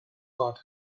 heart